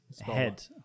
head